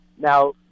Now